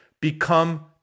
become